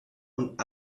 und